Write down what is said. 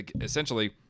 essentially